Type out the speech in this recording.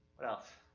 what else?